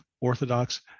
Orthodox